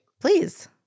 Please